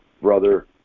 brother